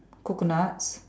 coconuts